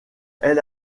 elle